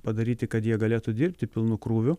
padaryti kad jie galėtų dirbti pilnu krūviu